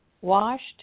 washed